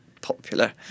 popular